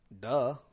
Duh